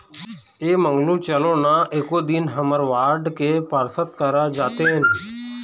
ऐ मंगलू चलो ना एको दिन हमर वार्ड के पार्षद करा जातेन